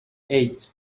eight